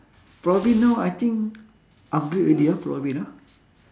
pulau ubin now I think upgrade already ah pulau ubin ah